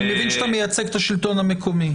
אני מבין שאתה מייצג את השלטון המקומי.